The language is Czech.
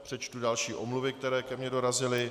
Přečtu další omluvy, které ke mně dorazily.